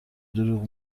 دروغ